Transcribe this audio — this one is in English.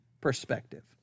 perspective